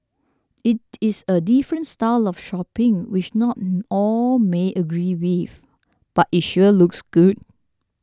it is a different style of shopping which not all may agree with but it sure looks good